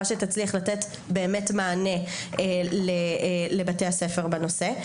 שתצליח לתת באמת מענה לבתי הספר בנושא.